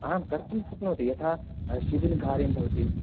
आं कर्तुं शक्नोति यथा शिबिरकार्यं भवति